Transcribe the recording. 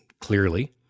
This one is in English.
clearly